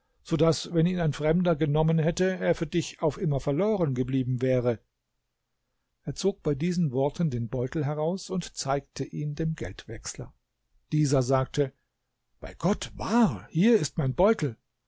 so daß wenn ihn ein fremder genommen hätte er für dich auf immer verloren geblieben wäre er zog bei diesen worten den beutel heraus und zeigte ihn dem geldwechsler dieser sagte bei gott wahr hier ist mein beutel